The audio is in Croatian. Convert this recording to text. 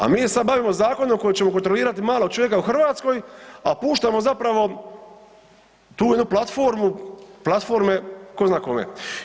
A mi se bavim zakonom koji ćemo kontrolirati malog čovjeka u Hrvatskoj a puštamo zapravo tu jednu platformu platforme ko zna kome.